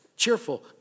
cheerful